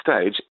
stage